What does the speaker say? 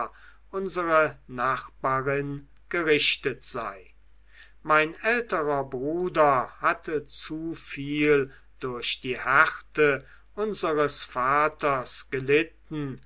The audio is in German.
unsere nachbarin gerichtet sei mein älterer bruder hatte zu viel durch die härte unseres vaters gelitten